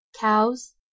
cows